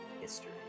history